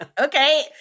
okay